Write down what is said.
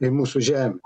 į mūsų žemių